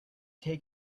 take